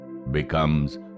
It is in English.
becomes